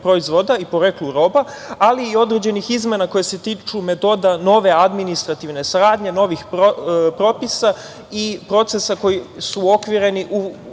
proizvoda i poreklu roba, ali i određenih izmena koje se tiču metoda nove administrativne saradnje, novih propisa i procesa koji su uokvireni u